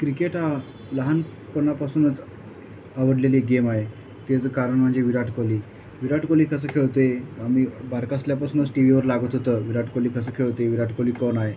cricket हा लहानपणापासूनच आवडलेले गेम आहे त्याचं कारण म्हणजे विराट कोहली विराट कोहली कसं खेळतो आहे आम्ही बारीक असल्यापासूनच टी व्हीवर लागत होतं विराट कोहली कसं खेळतो आहे विराट कोहली कोण आहे